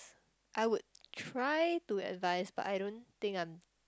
I would try to advice but I don't think I'm